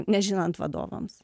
nežinant vadovams